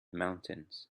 mountains